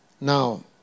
Now